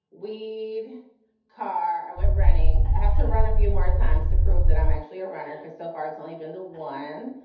we need car and we're running. i have to run a few more times to prove that i'm actually a runner. because so far it's only been the one.